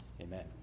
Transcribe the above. Amen